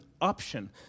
option